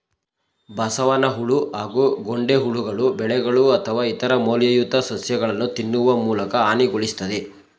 ಬಸವನಹುಳು ಹಾಗೂ ಗೊಂಡೆಹುಳುಗಳು ಬೆಳೆಗಳು ಅಥವಾ ಇತರ ಮೌಲ್ಯಯುತ ಸಸ್ಯಗಳನ್ನು ತಿನ್ನುವ ಮೂಲಕ ಹಾನಿಗೊಳಿಸ್ತದೆ